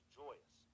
joyous